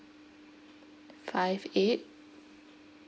five eight